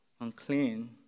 unclean